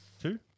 Two